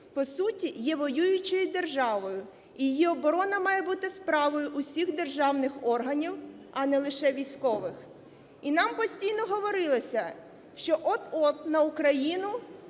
по суті, є воюючою державою і її оборона має бути справою усіх державних органів, а не лише військових. І нам постійно говорилося, що от-от на Україну